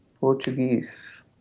Portuguese